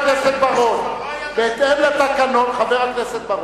בהתאם לתקנון, תפסיק כבר